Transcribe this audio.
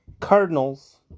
Cardinals